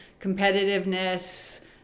competitiveness